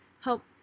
help